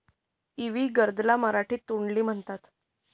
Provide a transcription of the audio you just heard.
इवी gourd ला मराठीत तोंडली म्हणतात